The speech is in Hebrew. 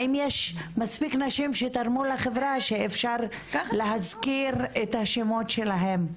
האם יש מספיק נשים שתרמו לחברה שאפשר להזכיר את השמות שלהן.